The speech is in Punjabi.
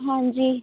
ਹਾਂਜੀ